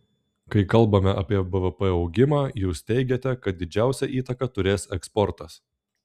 kai kalbame apie bvp augimą jūs teigiate kad didžiausią įtaką turės eksportas